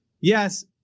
Yes